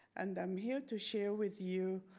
and i'm here to share with you